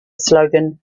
slogan